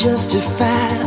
Justify